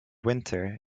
winter